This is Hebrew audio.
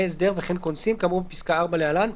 הסדר וכן כונסים כאמור בפסקה (4) להלן,